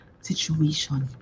situation